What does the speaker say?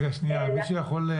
כאמור,